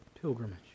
pilgrimage